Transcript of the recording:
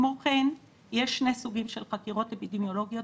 כמו כן יש שני סוגים של חקירות אפידמיולוגיות.